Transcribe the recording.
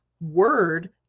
word